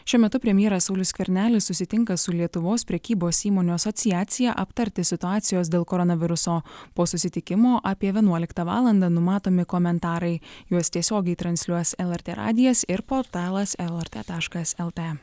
šiuo metu premjeras saulius skvernelis susitinka su lietuvos prekybos įmonių asociacija aptarti situacijos dėl koronaviruso po susitikimo apie vienuoliktą valandą numatomi komentarai juos tiesiogiai transliuos lrt radijas ir portalas lrt taškas lt